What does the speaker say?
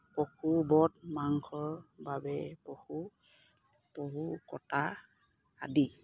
মাংসৰ বাবে পহু পহু কটা আদি